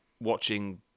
watching